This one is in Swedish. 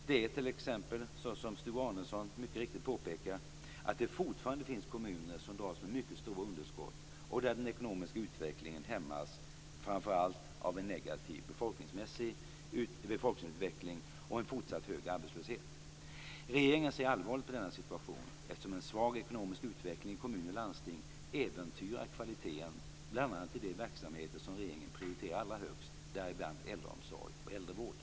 Det är t.ex. så som Sture Arnesson mycket riktigt påpekar att det fortfarande finns kommuner som dras med mycket stora underskott och där den ekonomiska utvecklingen hämmas framför allt av en negativ befolkningsutveckling och en fortsatt hög arbetslöshet. Regeringen ser allvarligt på denna situation, eftersom en svag ekonomisk utveckling i kommuner och landsting äventyrar kvaliteten bl.a. i de verksamheter som regeringen prioriterar allra högst, däribland äldreomsorg och äldrevård.